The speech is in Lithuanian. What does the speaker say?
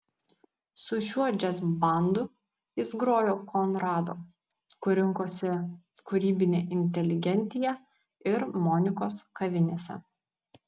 su šiuo džiazbandu jis grojo konrado kur rinkosi kūrybinė inteligentija ir monikos kavinėse